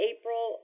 April